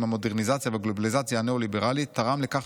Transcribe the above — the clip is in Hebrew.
עם המודרניזציה והגלובליזציה הניאו-ליברלית תרם לכך